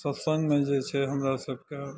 सत्संगमे जे छै हमरा सबके